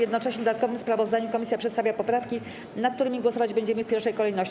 Jednocześnie w dodatkowym sprawozdaniu komisja przedstawia poprawki, nad którymi głosować będziemy w pierwszej kolejności.